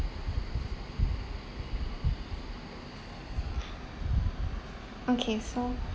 okay so